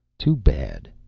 too bad.